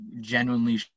genuinely